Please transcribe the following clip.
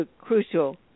crucial